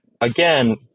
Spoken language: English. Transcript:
again